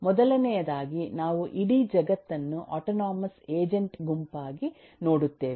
ಮೊದಲನೆಯದಾಗಿ ನಾವು ಇಡೀ ಜಗತ್ತನ್ನು ಆಟೊನೊಮಸ್ ಏಜೆಂಟ್ ಗುಂಪಾಗಿ ನೋಡುತ್ತೇವೆ